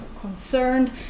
concerned